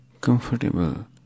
comfortable